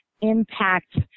impact